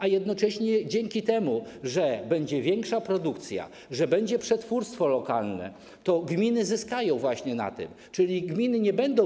A jednocześnie dzięki temu, że będzie większa produkcja, że będzie przetwórstwo lokalne, gminy zyskają, zyskają właśnie na tym, czyli nie będą.